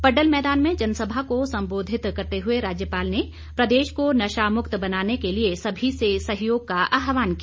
पड्डल मैदान में जनसभा को संबोधित करते हुए राज्यपाल ने प्रदेश को नशा मुक्त बनाने के लिए सभी से सहयोग का आहवान किया